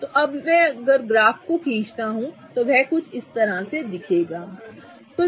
तो अब अगर मैं ग्राफ खींचता हूं तो यह कुछ इस तरह दिखेगा ठीक है